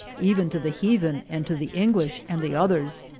even to the heathen and to the english and the others.